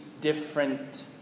different